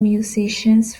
musicians